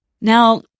Now